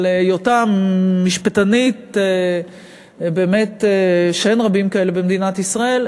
על היותה משפטנית שבאמת אין רבים כמותה במדינת ישראל,